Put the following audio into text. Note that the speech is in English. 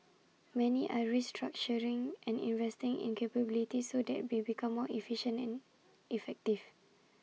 many are restructuring and investing in capabilities so they become more efficient and effective